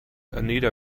anita